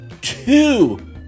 two